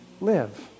live